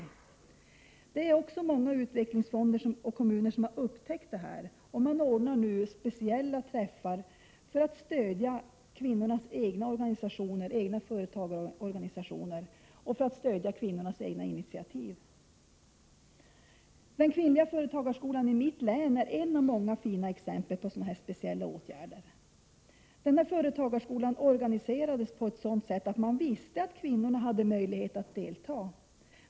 Detta har också många utvecklingsfonder och kommuner upptäckt, och man ordnar nu speciella träffar för att stödja kvinnornas egna företagarorganisationer och för att stödja kvinnornas egna initiativ. Den kvinnliga företagarskolan i mitt län, Norrbotten, är ett av många fina exempel på sådana här speciella åtgärder. Denna företagarskola organiserades på ett sådant sätt att man visste att kvinnor hade möjlighet att delta.